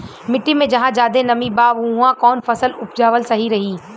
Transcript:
मिट्टी मे जहा जादे नमी बा उहवा कौन फसल उपजावल सही रही?